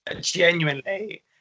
genuinely